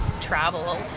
travel